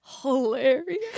hilarious